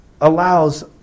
allows